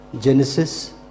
Genesis